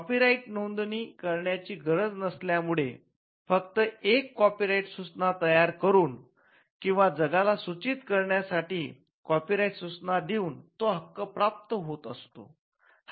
copyright नोंदणी करण्याची गरज नसल्यामुळे फक्त एक कॉपीराइट सूचना तयार करुन किंवा जगाला सूचित करण्यासाठी कॉपीराइट सूचना देऊन तो हक्क प्राप्त होत असतो